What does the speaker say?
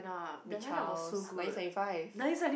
be Charles nineteen seventy five